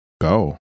go